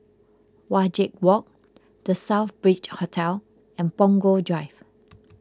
Wajek Walk the Southbridge Hotel and Punggol Drive